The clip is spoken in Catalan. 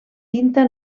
tinta